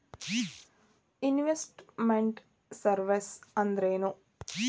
Invest made services ಅಂದ್ರೇನು?